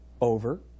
over